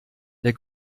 der